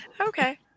Okay